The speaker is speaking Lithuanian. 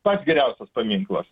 pats geriausias paminklas